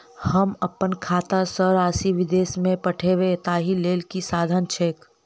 हम अप्पन खाता सँ राशि विदेश मे पठवै ताहि लेल की साधन छैक?